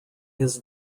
his